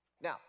Now